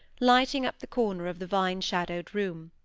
lighting up the corner of the vine-shadowed room.